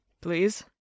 please